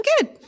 good